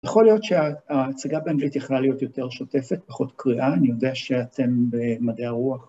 יכול להיות שההצגה באנגלית יכולה להיות יותר שוטפת, פחות קריאה, אני יודע שאתם במדעי הרוח